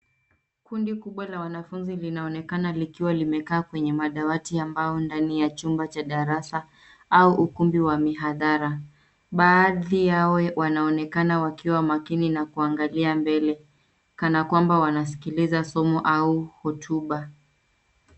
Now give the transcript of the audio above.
Kundi kubwa la wanafunzi linaonekana likiwa limekaa kwenye madawati ya mbao ndani ya chumba cha darasa au ukumbi wa mihadhara. Baadhi yao wanaonekana wakiwa makini na kuangalia mbele kana kwamba wanaskiliza somo au hotuba.